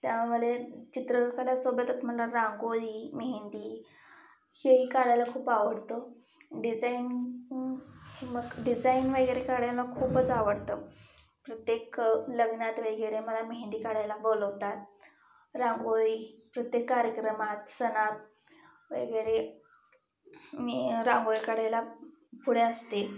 त्यामध्ये चित्रकला सोबतच मला रांगोळी मेहंदी हेही काढायला खूप आवडतं डिझाईन मग डिझाईन वगैरे काढायला खूपच आवडतं प्रत्येक लग्नात वगैरे मला मेहंदी काढायला बोलवतात रांगोळी प्रत्येक कार्यक्रमात सणात वगैरे मी रांगोळी काढायला पुढे असते